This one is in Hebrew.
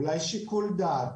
אולי שיקול דעת,